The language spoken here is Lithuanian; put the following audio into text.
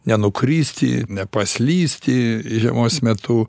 nenukristi nepaslysti žiemos metu